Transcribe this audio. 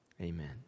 amen